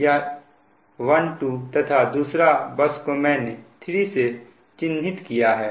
यह 12 तथा दूसरे बस को मैंने 3 से चिन्हित किया है